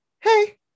Hey